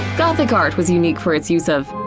gothic art was unique for its use of,